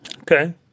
okay